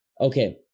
okay